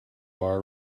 bar